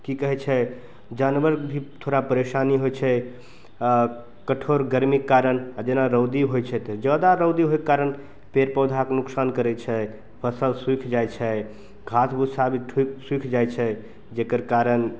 की कहै छै जानबर भी थोड़ा परेशानी होइ छै आ कठोर गरमीके कारण जेना रौदी होइ छै तऽ जादा रौदी होइके कारण पेड़ पौधाके नुकसान करै छै फसल सुखि जाइ छै घास भूसा भी सुखि जाइ छै जेकर कारण